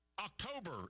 October